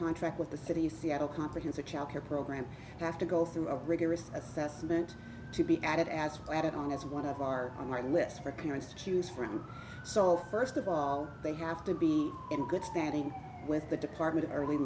contract with the city of seattle comprehensive child care program have to go through a rigorous assessment to be added as added on as one of our on my list for parents to choose from so first of all they have to be in good standing with the department early